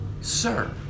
Sir